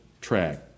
track